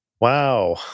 Wow